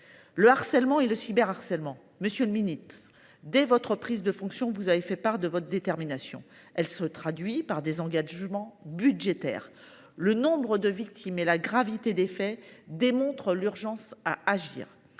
le harcèlement et le cyberharcèlement. Monsieur le ministre, dès votre prise de fonction vous avez fait part de votre détermination en la matière. Celle ci se traduit par des engagements budgétaires. Le nombre de victimes et la gravité des faits démontrent l’urgence à agir,